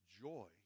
joy